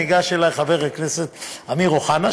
וניגש אלי חבר הכנסת אמיר אוחנה,